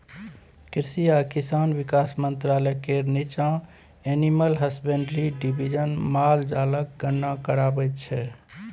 कृषि आ किसान बिकास मंत्रालय केर नीच्चाँ एनिमल हसबेंड्री डिबीजन माल जालक गणना कराबै छै